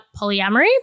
polyamory